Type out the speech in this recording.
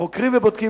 חוקרים ובודקים.